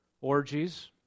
orgies